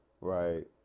right